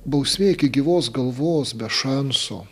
bausmė iki gyvos galvos be šanso